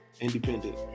Independent